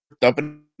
dumping